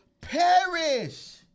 perish